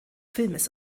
filmes